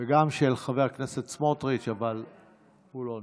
וגם של חבר הכנסת סמוטריץ', אבל הוא לא נמצא.